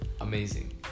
Amazing